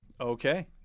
Okay